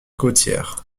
côtière